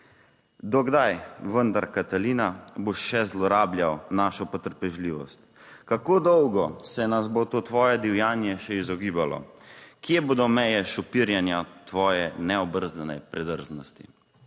"Do kdaj vendar Katalina, boš še zlorabljal našo potrpežljivost? Kako dolgo se nam bo to tvoje divjanje še izogibalo? Kje bodo meje šopirjenja tvoje neobrzdane predrznosti?"